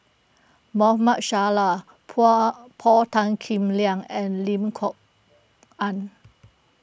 Salleh Paul Tan Kim Liang and Lim Kok Ann